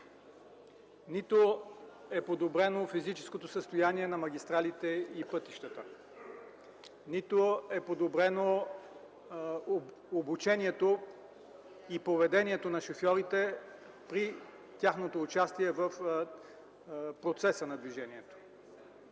Не е подобрено физическото състояние на магистралите и пътищата, не е подобрено обучението и поведението на шофьорите при тяхното участие в процеса на движението.